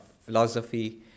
philosophy